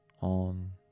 on